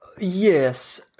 Yes